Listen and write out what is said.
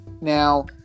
Now